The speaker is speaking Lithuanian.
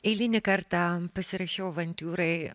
eilinį kartą pasirašiau avantiūrai